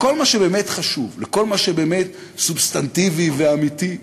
לכל מה שבאמת חשוב לכל מה שבאמת סובסטנטיבי ואמיתי.